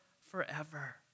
forever